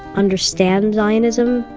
understand zionism.